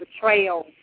betrayal